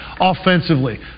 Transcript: offensively